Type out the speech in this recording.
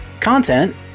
Content